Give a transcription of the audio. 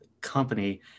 company